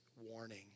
Warning